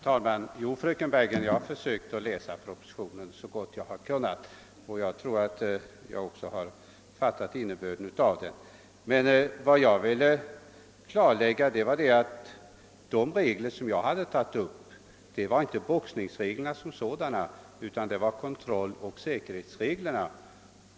Herr talman! Jo, fröken Bergegren, jag har läst propositionen så gott jag kunnat, och jag tror att jag också har fattat innebörden av den. Men vad jag ville klarlägga var att de regler jag tog upp inte var boxningsreglerna som sådana utan kontrolloch säkerhetsreglerna.